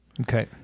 Okay